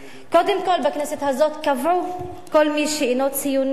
קודם כול בכנסת הזאת קבעו: כל מי שאינו ציוני,